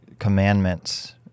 commandments